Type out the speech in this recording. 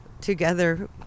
together